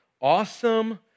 Awesome